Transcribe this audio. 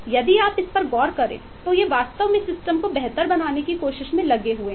यदि आप इस पर गौर करें तो ये वास्तव में सिस्टम को बेहतर बनाने की कोशिश में लगे हुए हैं